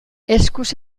eskuz